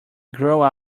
grow